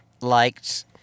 liked